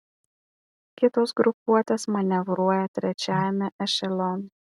kitos grupuotės manevruoja trečiajame ešelone